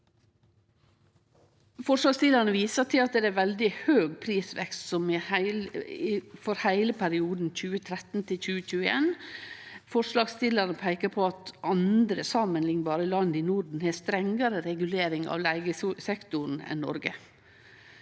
Forslagsstillarane viser til at det er veldig høg prisvekst for heile perioden 2013 til 2021. Forslagsstillarane peikar på at andre samanliknbare land i Norden har strengare regulering av leigesektoren enn Noreg.